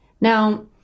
Now